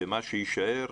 במה שיישאר,